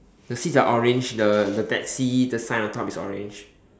the seats are orange the the taxi the sign on top is orange